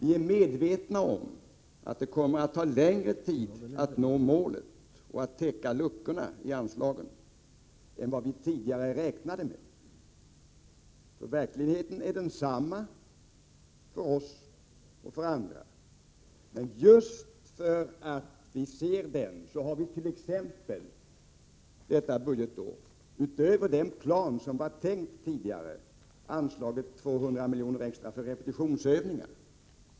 Vi är medvetna om att det kommer att ta längre tid att nå målet och att täcka luckorna i anslagen än vad vi tidigare räknat med. Verkligheten är densamma för oss som för andra, men just därför att vi ser den har vit.ex. detta budgetår utöver den plan som tidigare var tänkt anslagit 200 milj.kr. extra för repetitionsövningar.